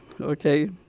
okay